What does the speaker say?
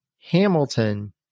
Hamilton